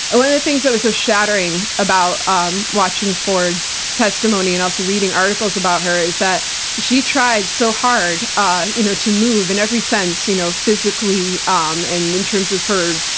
one of the things that was so shattering about um watching ford's testimony, and also reading articles about her, is that she tried so hard ah you know to move, in every sense. you know physically, um and in terms of her,